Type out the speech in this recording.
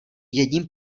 jedním